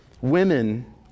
Women